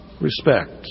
respect